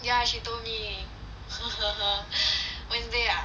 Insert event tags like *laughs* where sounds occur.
ya she told me *laughs* wednesday ah